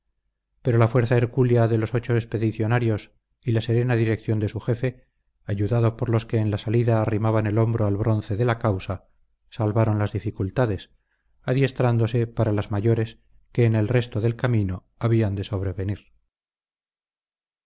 pero la fuerza hercúlea de los ocho expedicionarios y la serena dirección de su jefe ayudado por los que en la salida arrimaban el hombro al bronce de la causa salvaron las dificultades adiestrándose para las mayores que en el resto del camino habían de sobrevenir